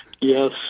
Yes